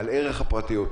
על ערך הפרטיות.